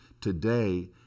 today